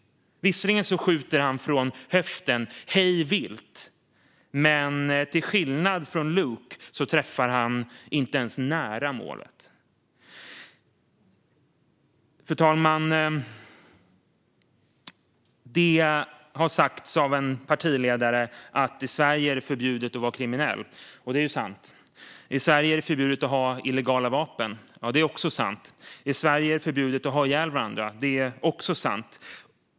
Visserligen skjuter han från höften, hej vilt, men till skillnad från Luke träffar han inte ens nära målet. Fru talman! Det har sagts av en partiledare att i Sverige är det förbjudet att vara kriminell, och det är ju sant. I Sverige är det förbjudet att ha illegala vapen. Ja, det är sant. I Sverige är det förbjudet att ha ihjäl varandra. Det är också sant.